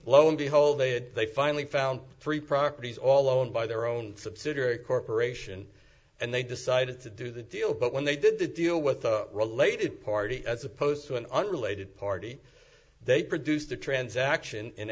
lo and behold they finally found three properties all owned by their own subsidiary corporation and they decided to do the deal but when they did the deal with a related party as opposed to an unrelated party they produced a transaction in